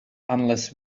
unless